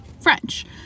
french